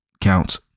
counts